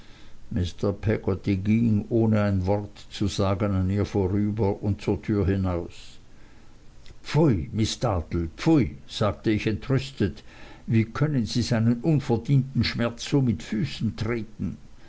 peggotty ging ohne ein wort zu sagen an ihr vorüber und zur türe hinaus pfui miß dartle pfui sagte ich entrüstet wie können sie seinen unverdienten schmerz so mit füßen treten